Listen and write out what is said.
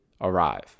arrive